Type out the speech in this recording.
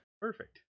Perfect